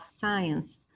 science